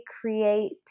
create